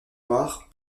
noire